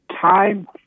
time